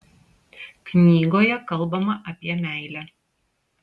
knygoje kalbama apie meilę